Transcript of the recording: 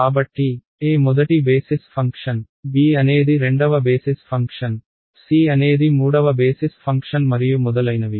కాబట్టి a మొదటి basis function b అనేది రెండవ బేసిస్ ఫంక్షన్ c అనేది మూడవ బేసిస్ ఫంక్షన్ మరియు మొదలైనవి